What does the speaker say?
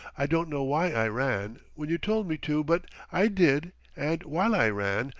i don't know why i ran, when you told me to, but i did and while i ran,